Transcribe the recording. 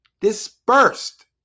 dispersed